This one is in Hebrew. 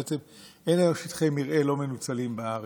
בעצם אין היום שטחי מרעה לא מנוצלים בארץ.